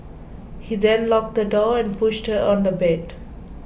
he then locked the door and pushed her on the bed